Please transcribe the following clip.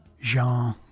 Jean